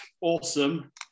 awesome